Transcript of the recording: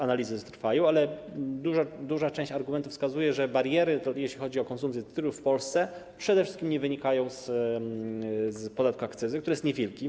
Analizy trwają, ale duża część argumentów wskazuje na to, że bariery, jeśli chodzi o konsumpcję cydru w Polsce, przede wszystkim nie wynikają z podatku akcyzy, który jest niewielki.